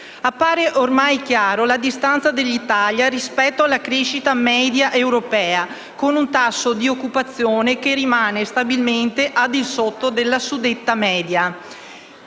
Appare ormai chiara la distanza dell'Italia rispetto alla crescita media europea, con un tasso di occupazione che rimane stabilmente al di sotto della suddetta media.